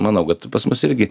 manau kad pas mus irgi